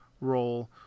role